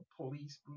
police